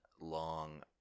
long